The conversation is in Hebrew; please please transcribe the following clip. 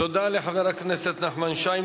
תודה לחבר הכנסת נחמן שי.